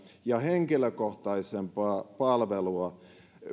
ja henkilökohtaisempaa palvelua